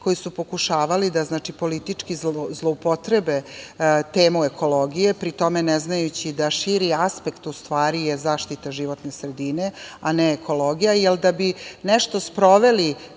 koji su pokušavali politički da zloupotrebe temu ekologije, pri tome ne znajući da širi aspekt u stvari je zaštita životne sredine, a ne ekologija, jer da bi nešto sproveli,